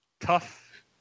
Tough